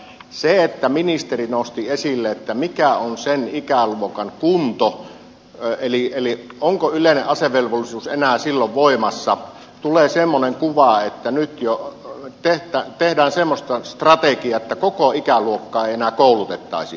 siitä kun ministeri nosti esille sen mikä on sen ikäluokan kunto eli onko yleinen asevelvollisuus enää silloin voimassa tulee semmoinen kuva että nyt jo tehdään semmoista strategiaa että koko ikäluokkaa ei enää koulutettaisi